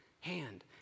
hand